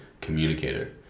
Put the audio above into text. communicator